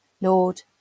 Lord